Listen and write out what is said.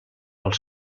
als